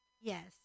Yes